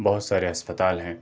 بہت سارے اسپتال ہیں